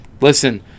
Listen